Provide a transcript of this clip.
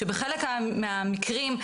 שבחלק מהמקרים,